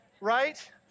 right